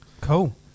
Cool